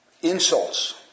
Insults